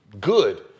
good